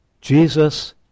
Jesus